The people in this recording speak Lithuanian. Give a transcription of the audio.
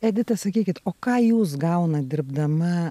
edita sakykit o ką jūs gaunat dirbdama